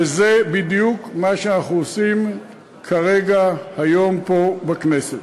וזה בדיוק מה שאנחנו עושים כרגע היום פה בכנסת.